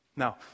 Now